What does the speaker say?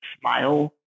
smile